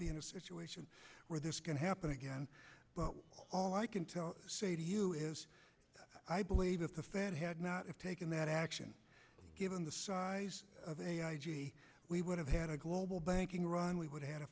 be in a situation where this can happen again but all i can tell say to you is i believe if the fed had not of taken that action given the size of a we would have had a global banking run we would have had a